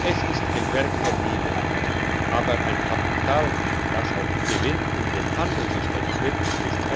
es ist ein werk der liebe aber ein kapital das auf gewinn in den handel gesteckt wird ist